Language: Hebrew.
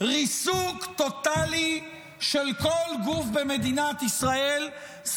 ריסוק טוטלי של כל גוף במדינת ישראל,